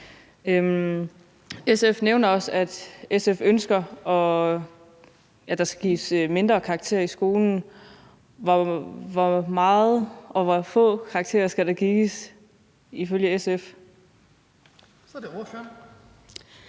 SF nævner også, at SF ønsker, at der skal gives færre karakterer i skolen. Hvor mange eller hvor få karakter skal der gives ifølge SF? Kl. 18:57 Den